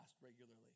regularly